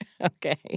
Okay